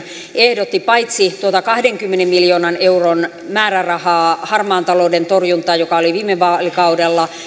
ehdotti paitsi tuota kahdenkymmenen miljoonan euron määrärahaa harmaan talouden torjuntaan joka oli viime vaalikaudella